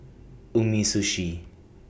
Umisushi